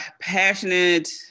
passionate